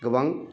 गोबां